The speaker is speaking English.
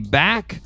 back